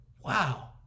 Wow